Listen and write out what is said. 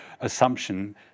assumption